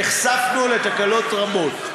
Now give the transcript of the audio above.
נחשפנו לתקלות רבות,